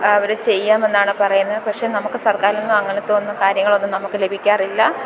അവർ ചെയ്യാമെന്നാണ് പറയുന്നത് പക്ഷെ നമുക്ക് സര്ക്കാരില് നിന്നും അങ്ങനത്തെ ഒന്നും കാര്യങ്ങളൊന്നും നമുക്ക് ലഭിക്കാറില്ല